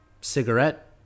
cigarette